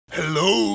Hello